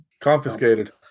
confiscated